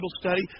study